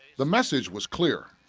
the message was clear.